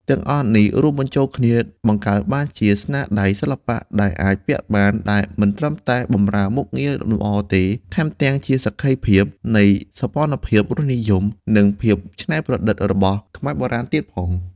ទាំងអស់នេះរួមបញ្ចូលគ្នា បង្កើតបានជាស្នាដៃសិល្បៈដែលអាចពាក់បាន ដែលមិនត្រឹមតែបម្រើមុខងារលម្អទេ ថែមទាំងជាសក្ខីភាពនៃសោភ័ណភាព រសនិយម និងភាពច្នៃប្រឌិតរបស់ខ្មែរបុរាណទៀតផង។